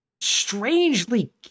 strangely